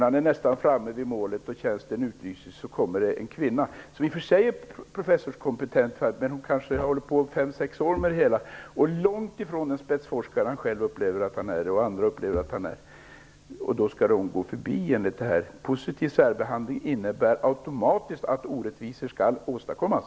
När han är nästan framme vid målet och tjänsten utlyses kommer det en kvinna, som i och för sig har professorskompetens, men som kanske bara har hållit på i fem sex år inom ämnet. Hon är långt ifrån den spetsforskare som han, och även andra, upplever att han är. Hon kommer att gå förbi honom enligt det här förslaget. Positiv särbehandling innebär automatiskt att orättvisor skall åstadkommas!